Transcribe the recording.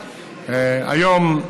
שהיום,